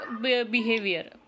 behavior